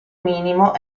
minimo